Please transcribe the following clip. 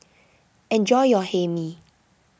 enjoy your Hae Mee